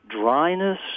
dryness